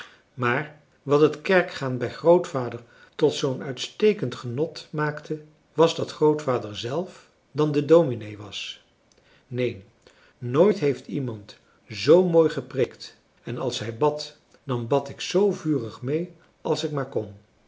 maar wat het kerkgaan bij grootvader tot zoo'n uitstekend genot maakte was dat grootvader zelf dan de dominee was neen nooit heeft iemand zoo mooi gepreekt en als hij bad dan bad ik zoo vurig mee als ik maar kon